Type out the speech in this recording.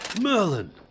Merlin